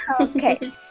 Okay